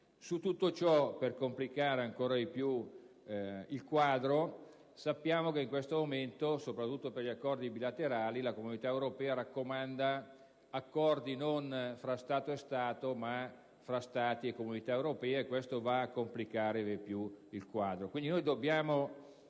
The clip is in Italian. Skies*. Per complicare ancora di più il quadro, sappiamo che in questo momento, soprattutto per gli accordi bilaterali, la Comunità europea raccomanda accordi non tra Stato e Stato, ma tra Stati e Comunità europea: questo va a complicare vieppiù il quadro.